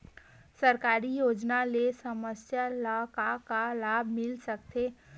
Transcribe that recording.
सरकारी योजना ले समस्या ल का का लाभ मिल सकते?